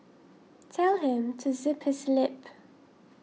tell him to zip his lip